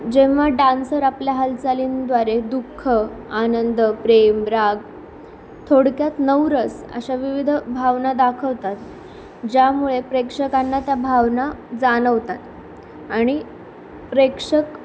जेव्हा डान्सर आपल्या हालचालींंद्वारे दुःख आनंद प्रेम राग थोडक्यात नऊ रस अशा विविध भावना दाखवतात ज्यामुळे प्रेक्षकांना त्या भावना जाणवतात आणि प्रेक्षक